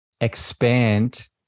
expand